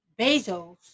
Bezos